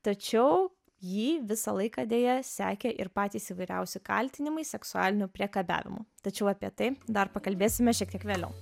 tačiau jį visą laiką deja sekė ir patys įvairiausi kaltinimai seksualiniu priekabiavimu tačiau apie tai dar pakalbėsime šiek tiek vėliau